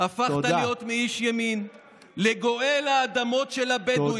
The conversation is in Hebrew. הפכת להיות מאיש ימין לגואל האדמות של הבדואים.